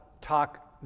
talk